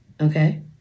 okay